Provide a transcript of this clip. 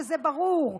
וזה ברור.